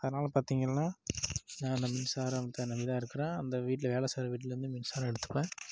அதனால் பார்த்திங்கள்னா நான் அந்த மின்சாரத்தை நம்பி தான் இருக்குறேன் அந்த வீட்டில் வேலை செய்யற வீட்லயிருந்து மின்சாரம் எடுத்துப்பேன்